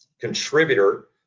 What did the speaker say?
contributor